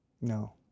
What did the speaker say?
No